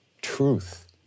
truth